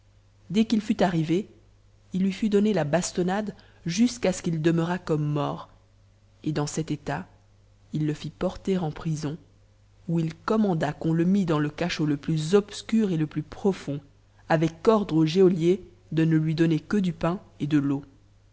dès qu'il fut arrive i ui fit donner la bastonnade jusqu'à ce qu'il demeurât comme mort et dans cet état il le fit porter en prison où il commanda qu'on le j dans le cachot le plus obscur et le plus profond avec ordre au geôlier c ne lui donner que du pain et de l'eau